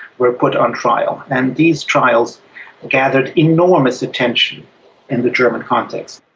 were put on trial, and these trials gathered enormous attention in the german context.